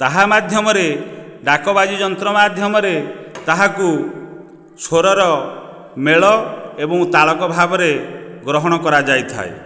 ତାହା ମାଧ୍ୟମରେ ଡାକବାଜି ଯନ୍ତ୍ର ମାଧ୍ୟମରେ ତାହାକୁ ସ୍ଵରର ମେଳ ଏବଂ ତାଳକ ଭାବରେ ଗ୍ରହଣ କରାଯାଇଥାଏ